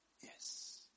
yes